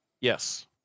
Yes